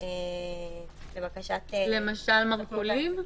למשל מרכולים?